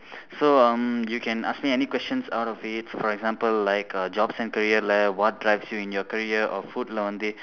so um you can ask me any questions out of it for example like uh jobs and career what drives you in your career or foodla வந்து:vandthu